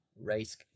race